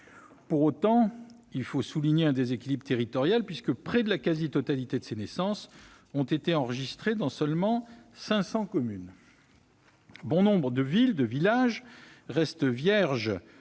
Pour autant, il faut souligner un déséquilibre territorial, puisque près de la quasi-totalité de ces naissances est enregistrée dans seulement 500 communes. Bon nombre de villes et de villages restent vierges